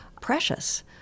precious